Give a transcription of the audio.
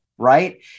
Right